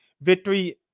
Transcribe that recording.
victory